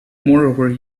moreover